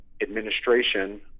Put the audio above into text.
administration